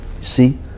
see